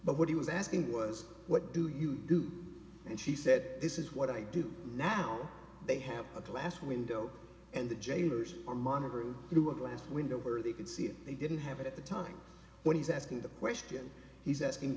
but what he was asking was what do you do and she said this is what i do now they have a glass window and the jailers are monitoring through a glass window where they can see it they didn't have it at the time when he's asking the question he's asking